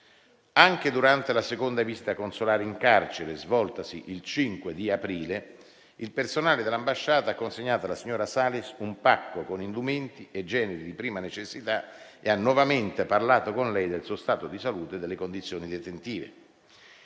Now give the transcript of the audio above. Anche durante la seconda visita consolare in carcere, svoltasi il 5 aprile, il personale dell'ambasciata ha consegnato alla signora Salis un pacco con indumenti e generi di prima necessità e ha nuovamente parlato con lei del suo stato di salute e delle condizioni detentive.